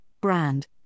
brand